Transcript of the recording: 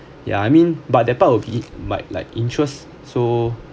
yeah I mean but that part of it might like interest so